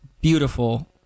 beautiful